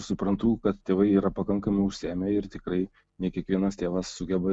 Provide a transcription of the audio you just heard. suprantu kad tėvai yra pakankamai užsiėmę ir tikrai ne kiekvienas tėvas sugeba